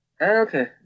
Okay